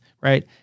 right